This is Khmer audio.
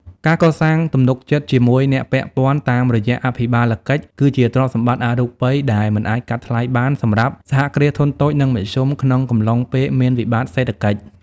ការកសាងទំនុកចិត្តជាមួយអ្នកពាក់ព័ន្ធតាមរយៈអភិបាលកិច្ច គឺជាទ្រព្យសម្បត្តិអរូបីដែលមិនអាចកាត់ថ្លៃបានសម្រាប់ សហគ្រាសធុនតូច និងមធ្យម ក្នុងកំឡុងពេលមានវិបត្តិសេដ្ឋកិច្ច។